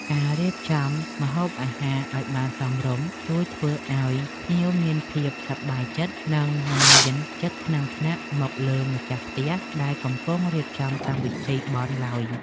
ការរៀបចំម្ហូបអាហារឱ្យបានសមរម្យជួយធ្វើឱ្យភ្ញៀវមានភាពសប្បាយចិត្ត និង មិនមានចិត្តថ្នាំងថ្នាក់មកលើម្ចាស់ផ្ទះដែលកំពុងរៀបចំកម្មវិធីបុណ្យឡើយ។